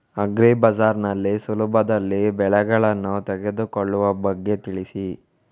agri ಬಜಾರ್ ನಲ್ಲಿ ಸುಲಭದಲ್ಲಿ ಬೆಳೆಗಳನ್ನು ತೆಗೆದುಕೊಳ್ಳುವ ಬಗ್ಗೆ ತಿಳಿಸಿ